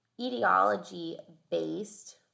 etiology-based